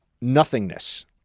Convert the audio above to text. Nothingness